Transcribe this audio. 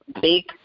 big